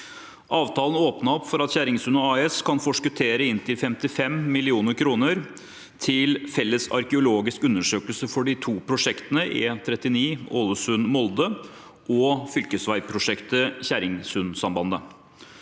Avtalen åpnet for at Kjerringsundet AS kan forskuttere inntil 55 mill. kr til felles arkeologiske undersøkelser for de to prosjektene E39 Ålesund– Molde og fylkesveiprosjektet Kjerringsundsambandet.